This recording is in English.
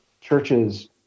churches